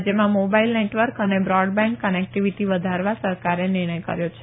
રાજયમાં mobile network અને broadband connectivity વધારવા સરકારે આ નિર્ણય કર્યો છે